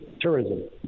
tourism